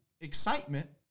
excitement